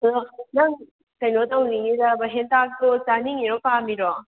ꯑꯣ ꯅꯪ ꯀꯩꯅꯣ ꯇꯧꯅꯤꯡꯉꯤꯔꯕꯥ ꯍꯦꯟꯇꯥꯛꯇꯣ ꯆꯥꯅꯤꯡꯉꯤꯔꯣ ꯄꯥꯝꯃꯤꯔꯣ